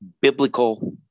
Biblical